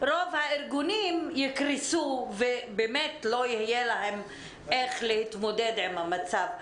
רוב הארגונים יקרסו ולא יהיה להם איך להתמודד עם המצב.